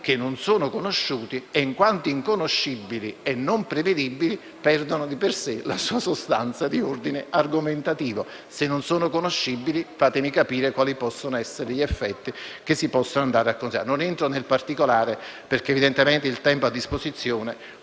che non sono conosciuti, ma, in quanto inconoscibili e non prevedibili, perdono di per sé la loro sostanza di ordine argomentativo. Se non sono conoscibili, fatemi capire quali possono essere gli effetti che si possono determinare. Non entro nel particolare perché evidentemente il tempo a disposizione